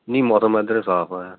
ਨਹੀਂ ਮੌਸਮ ਇੱਧਰ ਸਾਫ ਹੈ